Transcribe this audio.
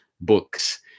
books